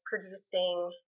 producing